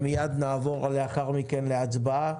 ומיד לאחר מכן נעבור להצבעה.